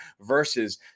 versus